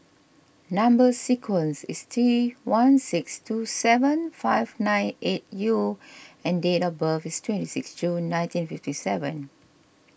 Number Sequence is T one six two seven five nine eight U and date of birth is twenty six June nineteen fifty seven